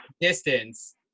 distance